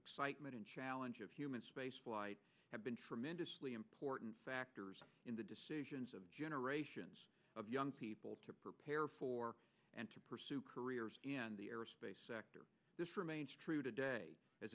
excitement and challenge of human spaceflight have been tremendously important factors in the decisions of generations of young people to prepare for and to pursue careers in the aerospace sector this remains true today